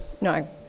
No